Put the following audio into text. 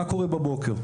מה קורה בבוקר?